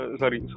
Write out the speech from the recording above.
sorry